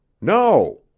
No